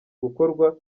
gukorwa